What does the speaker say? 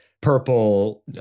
purple